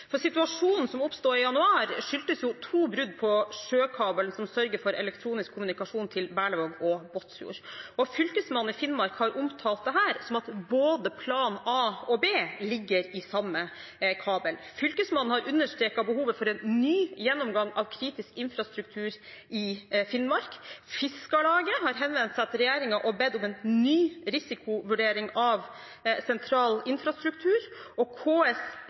For situasjonen som oppsto i januar, skyldtes jo to brudd på sjøkabelen som sørger for elektronisk kommunikasjon til Berlevåg og Båtsfjord, og Fylkesmannen i Finnmark har omtalt dette som at både plan A og plan B ligger i samme kabel. Fylkesmannen har understreket behovet for en ny gjennomgang av kritisk infrastruktur i Finnmark. Fiskarlaget har henvendt seg til regjeringen og bedt om en ny risikovurdering av sentral infrastruktur, og KS